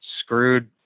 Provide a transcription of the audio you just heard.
screwed